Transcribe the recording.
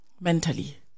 mentally